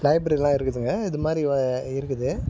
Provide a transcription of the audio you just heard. லைப்ரேரியெல்லாம் இருக்குதுங்க இது மாதிரி இருக்குது